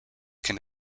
can